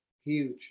huge